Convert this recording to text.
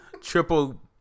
triple